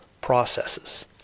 processes